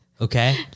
Okay